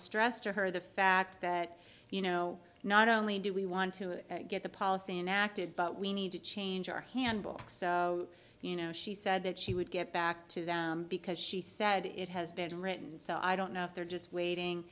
stressed to her the fact that you know not only do we want to get the policy inactive but we need to change our handbook so you know she said that she would get back to that because she said it has been written so i don't know if they're just waiting